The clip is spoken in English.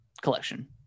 collection